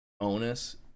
onus